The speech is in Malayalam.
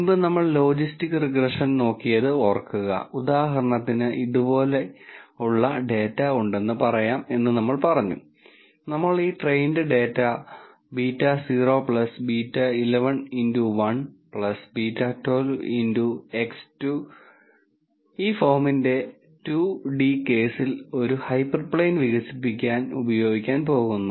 മുൻപ് നമ്മൾ ലോജിസ്റ്റിക്സ് റിഗ്രഷൻ നോക്കിയത് ഓർക്കുക ഉദാഹരണത്തിന് ഇതുപോലുള്ള ഡാറ്റ ഉണ്ടെന്ന് പറയാം എന്ന് നമ്മൾ പറഞ്ഞു നമ്മൾ ഈ ട്രെയിൻഡ് ഡാറ്റ β0 β11 X1 β12 X2 ഈ ഫോമിന്റെ 2 d കേസിൽ ഒരു ഹൈപ്പർപ്ലെയ്ൻ വികസിപ്പിക്കാൻ ഉപയോഗിക്കാൻ പോകുന്നു